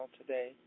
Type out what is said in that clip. today